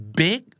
big